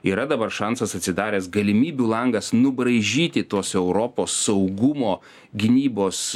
yra dabar šansas atsidaręs galimybių langas nubraižyti tuos europos saugumo gynybos